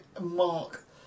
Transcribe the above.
Mark